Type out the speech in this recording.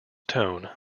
tone